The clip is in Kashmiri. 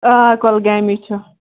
آ کۄلگامی چھ